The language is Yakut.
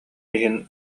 иһин